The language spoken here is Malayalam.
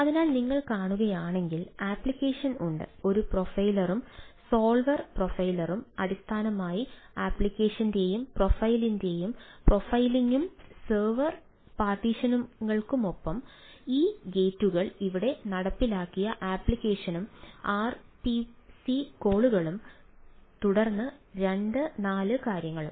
അതിനാൽ നിങ്ങൾ കാണുകയാണെങ്കിൽ ആപ്ലിക്കേഷൻ ഉണ്ട് ഒരു പ്രൊഫൈലറും സോൾവർ പ്രൊഫൈലറും അടിസ്ഥാനപരമായി ആപ്ലിക്കേഷന്റെയും പ്രൊഫൈലിന്റെയും പ്രൊഫൈലിംഗും സെർവർ പാർട്ടീഷനുകൾക്കൊപ്പം ഈ ഗേറ്റുകൾ ഇവിടെ നടപ്പിലാക്കിയ ആപ്ലിക്കേഷനും ആർപിസി കോളുകളും തുടർന്ന് രണ്ട് നാല് കാര്യങ്ങളും